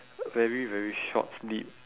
very very short sleep